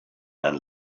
man